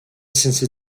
since